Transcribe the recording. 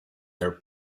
their